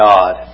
God